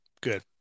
Good